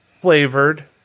flavored